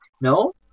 No